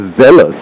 zealous